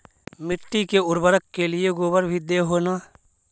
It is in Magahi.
मिट्टी के उर्बरक के लिये गोबर भी दे हो न?